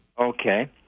Okay